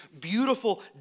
beautiful